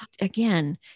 again